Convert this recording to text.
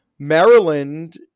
Maryland